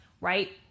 right